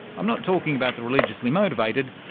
i'm not talking about the religiously motivated,